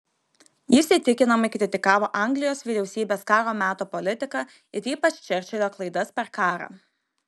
jis įtikinamai kritikavo anglijos vyriausybės karo meto politiką ir ypač čerčilio klaidas per karą